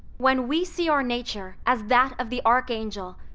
when we see our nature as that of the archangel,